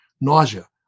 nausea